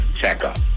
checkup